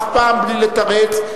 אף פעם בלי לתרץ,